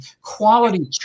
quality